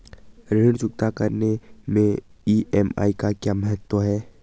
ऋण चुकता करने मैं ई.एम.आई का क्या महत्व है?